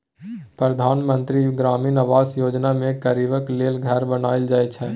परधान मन्त्री ग्रामीण आबास योजना मे गरीबक लेल घर बनाएल जाइ छै